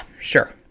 sure